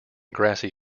grassy